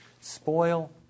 spoil